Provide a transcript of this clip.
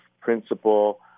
principle